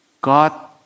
God